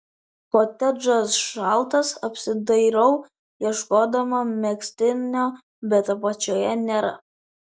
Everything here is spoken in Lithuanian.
kotedžas šaltas apsidairau ieškodama megztinio bet apačioje nėra